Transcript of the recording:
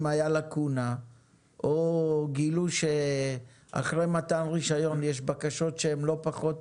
אם הייתה לקונה או גילוי שאחרי מתן רישיון יש בקשות שהן לא פחות